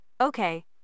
Okay